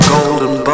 Golden